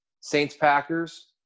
Saints-Packers